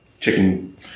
chicken